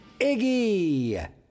Iggy